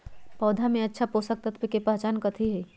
पौधा में अच्छा पोषक तत्व देवे के पहचान कथी हई?